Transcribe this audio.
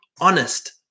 honest